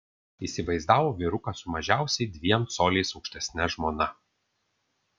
įsivaizdavo vyruką su mažiausiai dviem coliais aukštesne žmona